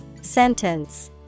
Sentence